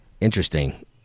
interesting